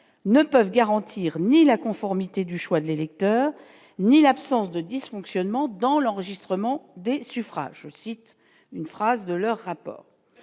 ne peuvent garantir ni la conformité du choix de l'électeur, ni l'absence de dysfonctionnements dans l'enregistrement des suffrages cite une phrase de leurs rapports